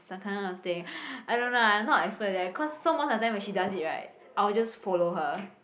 some kind of thing I don't know ah I'm not an expert eh cause so most of the time when she does it right I will just follow her